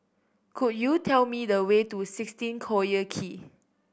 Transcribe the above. could you tell me the way to sixteen Collyer Quay